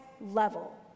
level